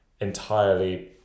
entirely